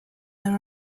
there